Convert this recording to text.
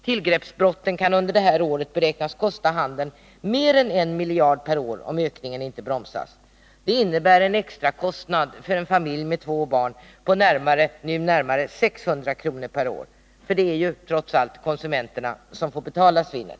Tillgreppsbrotten kan under det här året beräknas kosta handeln mer än 1 miljard per år om ökningen inte bromsas. Det innebär en extra kostnad för en familj med två barn på nu närmare 600 kr. per år — det är ju trots allt konsumenterna som får betala svinnet.